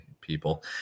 people